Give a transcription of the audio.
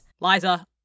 Liza